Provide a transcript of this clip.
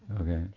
Okay